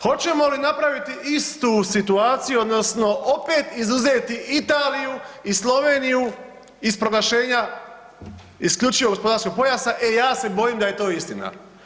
Hoćemo li napraviti istu situaciju odnosno opet izuzeti Italiju i Sloveniju iz proglašenja isključivog gospodarskog pojasa, e ja se bojim da je to istina.